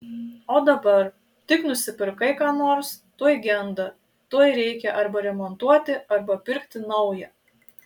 o dabar tik nusipirkai ką nors tuoj genda tuoj reikia arba remontuoti arba pirkti naują